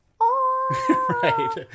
Right